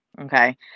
Okay